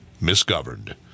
misgoverned